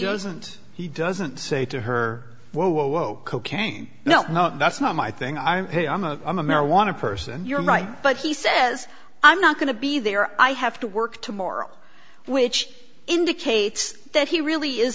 doesn't he doesn't say to her whoa whoa whoa cocaine no that's not my thing i'm a i'm a i'm a marijuana person you're right but he says i'm not going to be there i have to work to morrow which indicates that he really is